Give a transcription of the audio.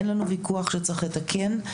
אין לנו ויכוח שצריך לתקן,